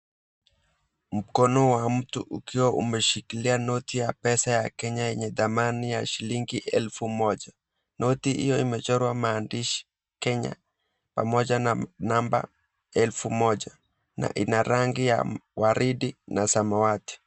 Mkono wa mtu ukiwa umeshikilia noti ya pesa ya Kenya yenye thamani ya elfu moja, noti hio imechorwa maandishi Kenya pamoja na namba elfu moja na ina rangi ya waridi na samawati.